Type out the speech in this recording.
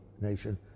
nation